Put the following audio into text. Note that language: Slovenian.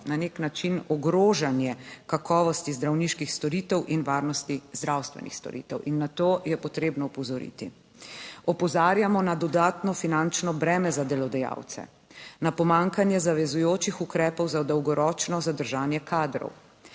na nek način ogrožanje kakovosti zdravniških storitev in varnosti zdravstvenih storitev. In na to je potrebno opozoriti. Opozarjamo na dodatno finančno breme za delodajalce, na pomanjkanje zavezujočih ukrepov za dolgoročno zadržanje kadrov,